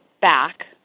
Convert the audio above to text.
back